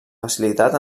facilitat